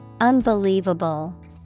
Unbelievable